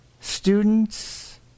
students